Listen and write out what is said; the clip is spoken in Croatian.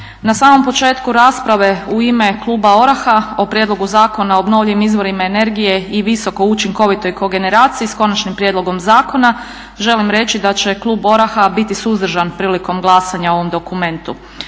Na samom početku rasprave u ime kluba ORAH-a o Prijedlogu zakona o obnovljivim izvorima energije i visoko učinkovitoj kogeneraciji, s konačnim prijedlogom zakona, želim reći da će klub ORAH-a biti suzdržan prilikom glasanja o ovom dokumentu.